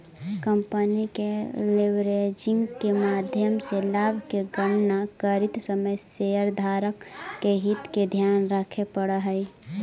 company के leveraging के माध्यम से लाभ के गणना करित समय शेयरधारक के हित के ध्यान रखे पड़ऽ हई